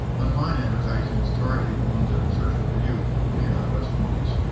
online advertising is targeting the ones that are searching for you and they are the best ones.